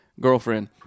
girlfriend